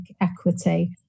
equity